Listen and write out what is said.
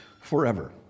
forever